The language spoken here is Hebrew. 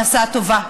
ופרנסה טובה.